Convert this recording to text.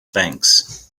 banks